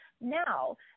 now